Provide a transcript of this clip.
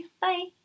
Bye